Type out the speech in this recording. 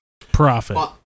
Profit